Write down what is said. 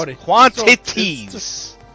quantities